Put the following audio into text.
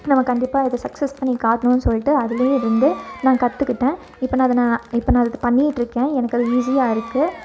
நம்ம கண்டிப்பாக இது சக்ஸஸ் பண்ணி காட்டணும்ன்னு சொல்லிட்டு அதிலேயே இருந்து நான் கற்றுக்கிட்டேன் இப்போ நான் அதை நான் பண்ணிகிட்டு இருக்கேன் எனக்கு அது ஈஸியாக இருக்குது